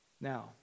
Now